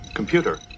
Computer